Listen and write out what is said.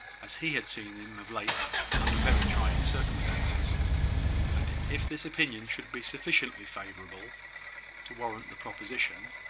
as he had seen him of late under very trying circumstances and, if this opinion should be sufficiently favourable to warrant the proposition,